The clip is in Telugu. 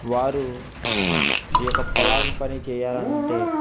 వారు ఈ యొక్క పొలం పని చేయాలంటే